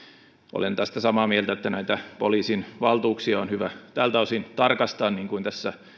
olen tästä samaa mieltä että näitä poliisin valtuuksia on hyvä tältä osin tarkistaa niin kuin tässä